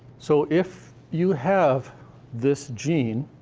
so if you have this gene